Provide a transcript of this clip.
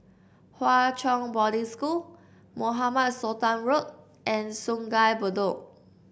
Hwa Chong Boarding School Mohamed Sultan Road and Sungei Bedok